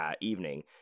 evening